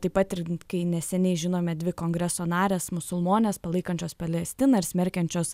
taip pat ir kai neseniai žinome dvi kongreso narės musulmonės palaikančios palestiną ir smerkiančios